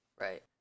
Right